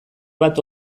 bat